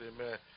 Amen